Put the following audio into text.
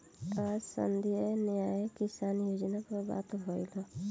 आज संघीय न्याय किसान योजना पर बात भईल ह